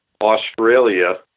Australia